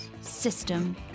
System